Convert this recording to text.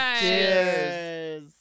Cheers